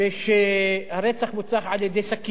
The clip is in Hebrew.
ושהרצח בוצע על-ידי סכין.